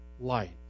light